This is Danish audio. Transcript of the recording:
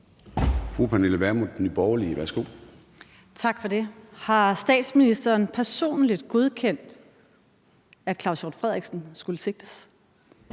Pernille Vermund (NB): Tak for det. Har statsministeren personligt godkendt, at Claus Hjort Frederiksen skulle sigtes?